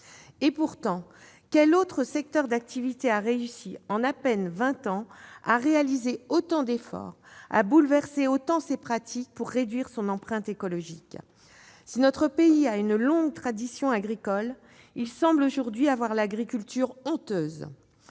? Pourtant, quel autre secteur d'activité a réussi, en à peine vingt ans, à réaliser autant d'efforts et à bouleverser autant ses pratiques pour réduire son empreinte écologique ? Si notre pays a une longue tradition agricole, il semble aujourd'hui avoir l'agriculture honteuse.